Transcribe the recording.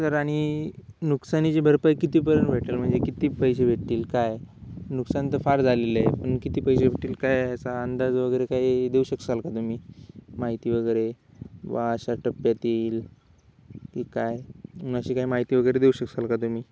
sir आणि नुकसानीची भरपाई किती पर्यंत भेटेल म्हणजे किती पैसे भेटतील काय नुकसान तर फार झालेलं आहे पण किती पैसे भेटतील काय असा अंदाज वगैरे काही देऊ शकाल का तुम्ही माहिती वगैरे व अशा टप्प्यातील की काय अशी काही माहिती वगैरे देऊ शकाल का तुम्ही